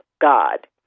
God